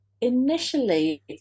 initially